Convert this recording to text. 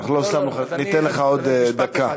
ניתן לך עוד דקה.